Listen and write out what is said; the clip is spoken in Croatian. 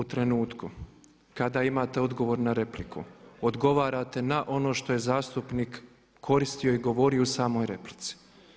U trenutku kada imate odgovor na repliku, odgovarate na ono što je zastupnik koristio i govorio u samoj replici.